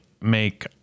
make